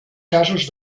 casos